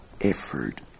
effort